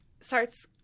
starts